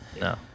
No